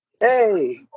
Hey